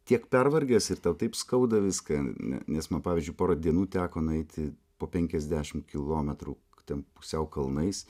tiek pervargęs ir tau taip skauda viską ne nes man pavyzdžiui pora dienų teko nueiti po penkiasdešim kilometrų ten pusiau kalnais